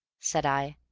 said i.